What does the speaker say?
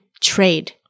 trade